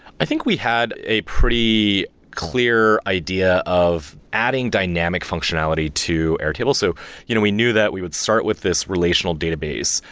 i think we had a pretty clear idea of adding dynamic functionality to airtable. so you know we knew that we would start with this relational database.